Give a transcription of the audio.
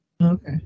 okay